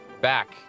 back